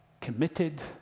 committed